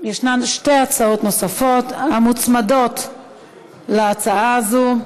ישנן שתי הצעות נוספות המוצמדות להצעה הזאת.